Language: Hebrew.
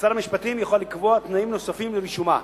ושר המשפטים יוכל לקבוע תנאים נוספים לרישומה.